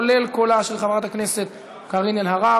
כולל קולה של חברת הכנסת קארין אלהרר,